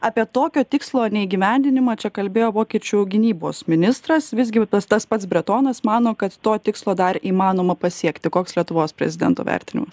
apie tokio tikslo neįgyvendinimą čia kalbėjo vokiečių gynybos ministras visgi tas tas pats bretonas mano kad to tikslo dar įmanoma pasiekti koks lietuvos prezidento vertinimas